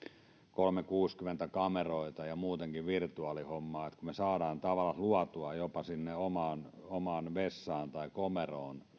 kolmesataakuusikymmentä kameroita ja muutenkin virtuaalihommaa kun me saamme tavallansa luotua jopa sinne omaan omaan vessaan tai komeroon